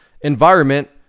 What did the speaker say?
environment